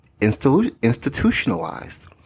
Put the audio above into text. institutionalized